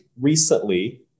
recently